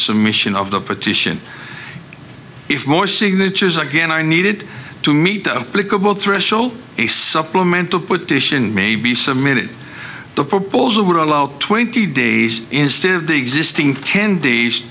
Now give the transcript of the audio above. submission of the petition if more signatures again are needed to meet a threshold a supplemental petition may be submitted the proposal would allow twenty days instead of the existing ten days